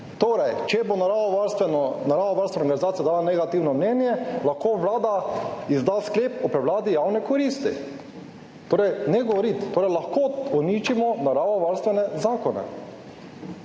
Torej, če bo naravovarstvena organizacija dala negativno mnenje, lahko Vlada izda sklep o prevladi javne koristi. Ne govoriti, torej lahko uničimo naravovarstvene zakone,